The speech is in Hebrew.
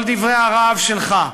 כל דברי הרהב שלך,